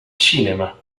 cinema